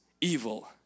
evil